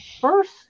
first